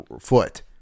foot